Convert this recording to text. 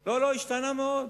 לא, לא השתנה מאוד.